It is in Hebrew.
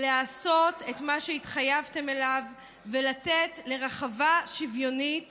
לעשות את מה שהתחייבתם אליו ולתת לרחבה שוויונית